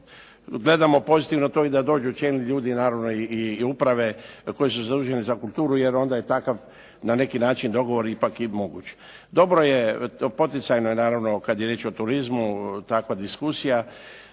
gledamo to pozitivno i da dođu čelni ljudi naravno i uprave koje se zauzimaju za kulturu, jer onda je na takav na neki način dogovor ipak i moguć. Dobro je poticajno je naravno kada je riječ o turizmu takva diskusija.